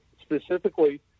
specifically